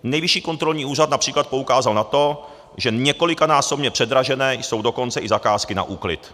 Nejvyšší kontrolní úřad například poukázal na to, že několikanásobně předražené jsou dokonce i zakázky na úklid.